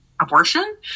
abortion